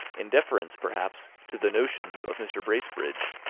in deference, perhaps, to the notions of mr. bracebridge,